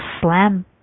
slam